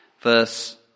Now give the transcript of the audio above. Verse